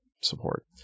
support